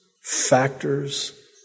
factors